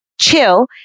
CHILL